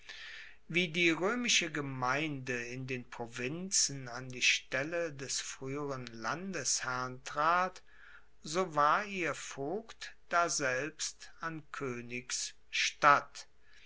wie die roemische gemeinde in den provinzen an die stelle des frueheren landesherrn trat so war ihr vogt daselbst an